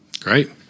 Great